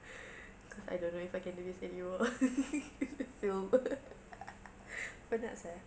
cause I don't know if I can do this anymore film penat sia